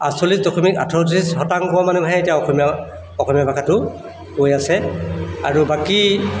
আঠচল্লিছ দশমিক আঠত্ৰিছ শতাংশ মানুহেহে এতিয়া অসমীয়া অসমীয়া ভাষাটো কৈ আছে আৰু বাকী